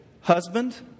husband